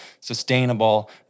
sustainable